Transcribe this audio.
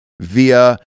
Via